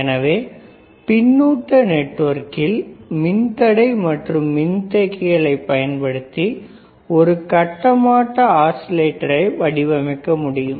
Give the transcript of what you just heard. எனவே பின்னூட்ட நெட்வொர்க்கில் மின்தடை மற்றும் மின்தேக்கிகளைப் பயன்படுத்தி ஒரு கட்ட மாற்ற ஆஸிலேட்டரை வடிவமைக்க முடியும்